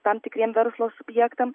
tam tikriem verslo subjektam